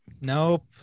nope